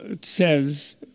says